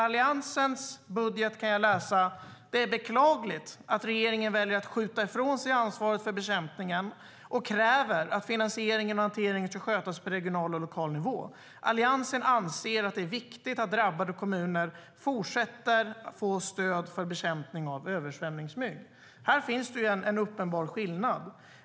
Alliansen tycker att det är beklagligt att regeringen skjuter ifrån sig ansvaret för bekämpningen och kräver att finansieringen och hanteringen ska skötas på regional och lokal nivå. Alliansen anser att det är viktigt att drabbade kommuner fortsätter att få stöd för bekämpning av översvämningsmygg. Här finns en uppenbar skillnad.